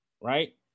right